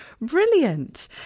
Brilliant